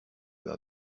veux